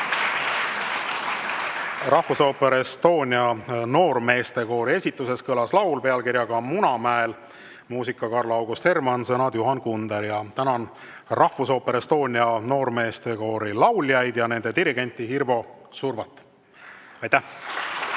Rahvusooper Estonia noormeestekoori esituses kõlas laul pealkirjaga "Munamäel", muusika Karl August Hermannilt, sõnad Juhan Kunderilt. Tänan Estonia noormeestekoori lauljaid ja nende dirigenti Hirvo Survat. Aitäh!